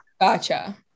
Gotcha